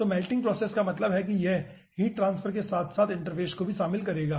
तो melting process का मतलब है कि यह हिट ट्रांसफर के साथ साथ इंटरफ़ेस को भी शामिल करेगा